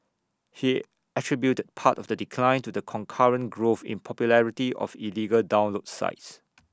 he attributed part of the decline to the concurrent growth in popularity of illegal download sites